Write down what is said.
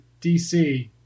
dc